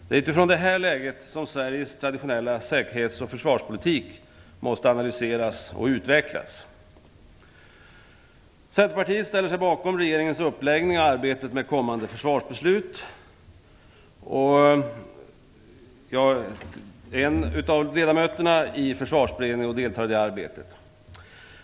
Det är utifrån detta läge som Sveriges traditionella säkerhets och försvarspolitik måste analyseras och utvecklas. Centerpartiet ställer sig bakom regeringens uppläggning av arbetet med kommande försvarsbeslut. Jag är en av ledamöterna i Försvarsberedningen och deltar i det arbetet.